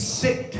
sick